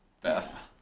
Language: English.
best